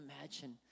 imagine